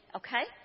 okay